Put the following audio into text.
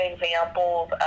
examples